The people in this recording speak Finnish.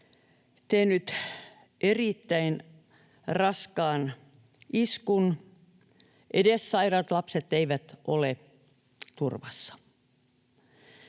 tehnyt erittäin raskaan iskun. Edes sairaat lapset eivät ole turvassa.